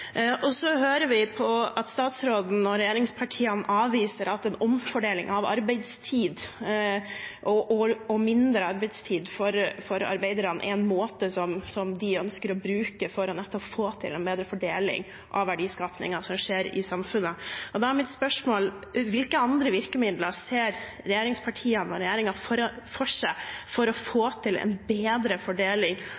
Så hører vi at statsråden og regjeringspartiene avviser at en omfordeling av arbeidstid og mindre arbeidstid for arbeiderne er en måte som de ønsker å bruke for nettopp å få til en bedre fordeling av verdiskapingen som skjer i samfunnet, på. Da er mitt spørsmål: Hvilke andre virkemidler ser regjeringspartiene og regjeringen for seg for å få